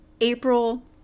April